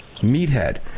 meathead